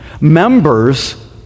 members